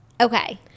Okay